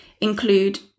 include